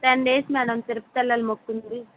ten days madam Tirupati వెళ్ళాలి మొక్కుంది